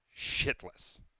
shitless